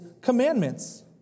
commandments